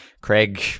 Craig